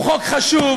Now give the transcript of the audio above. הוא חוק חשוב,